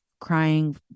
crying